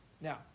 now